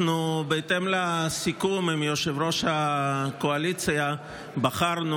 בהתאם לסיכום עם יושב-ראש הקואליציה בחרנו